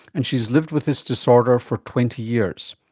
and she's lived with this disorder for twenty years.